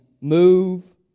move